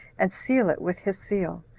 and seal it with his seal,